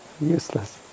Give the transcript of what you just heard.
useless